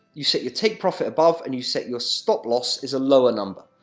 you set your take profit above, and you set your stop loss as a lower number.